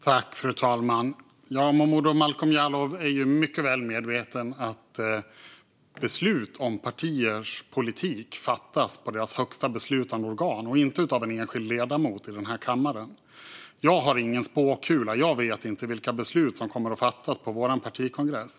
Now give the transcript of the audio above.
Fru talman! Momodou Malcolm Jallow är mycket väl medveten om att beslut om partiers politik fattas i deras högsta beslutande organ, inte av en enskild ledamot i kammaren. Jag har ingen spåkula, och jag vet inte vilka beslut som kommer att fattas på vår partikongress.